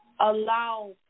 allow